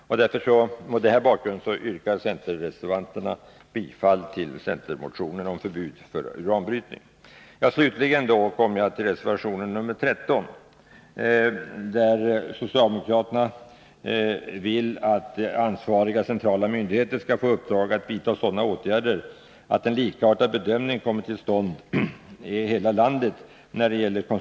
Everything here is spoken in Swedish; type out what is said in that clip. Mot denna bakgrund yrkar centerreservanterna bifall till centermotionen om förbud mot uranbrytning. Slutligen kommer jag då till reservation nr 13, som gäller koncession för undersökning och bearbetning av torvfyndigheter. Socialdemokraterna vill att den ansvariga centrala myndigheten skall få i uppdrag att vidta sådana åtgärder att en likartad bedömning kommer till stånd i hela landet.